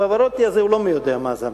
פברוטי הזה הוא לא מי-יודע-מה זמר.